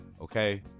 Okay